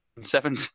Seven